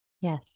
Yes